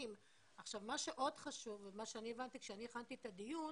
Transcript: מה שעוד חשוב ומה שאני הבנתי כשאני הכנתי את הדיון,